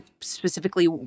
specifically